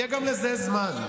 יהיה גם לזה זמן.